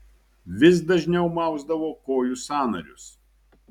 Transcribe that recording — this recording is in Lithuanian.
vis dažniau mausdavo kojų sąnarius